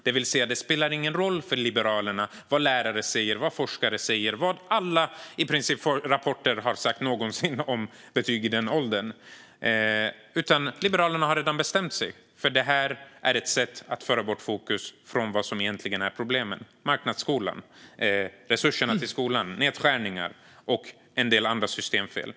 Det spelar alltså ingen roll för Liberalerna vad lärare eller forskare säger eller vad i princip alla rapporter någonsin har sagt om betyg i den åldern, utan Liberalerna har redan bestämt sig. Det här är ett sätt att föra bort fokus från det som egentligen är problemen: marknadsskolan, resurserna till skolan, nedskärningarna och en del andra systemfel.